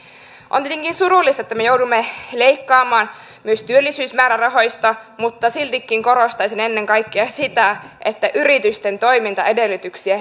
on tietenkin surullista että me joudumme leikkaamaan myös työllisyysmäärärahoista mutta siltikin korostaisin ennen kaikkea sitä että yritysten toimintaedellytyksiä